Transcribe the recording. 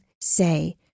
say